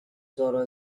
sorrow